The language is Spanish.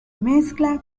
mezcla